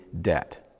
debt